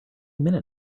minute